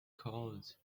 called